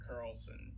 carlson